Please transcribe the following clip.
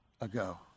ago